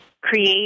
create